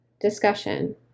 Discussion